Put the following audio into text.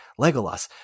Legolas